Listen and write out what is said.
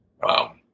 Wow